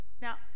now